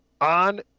On